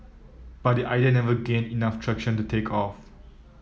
but the idea never gained enough traction to take off